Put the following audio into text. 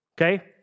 Okay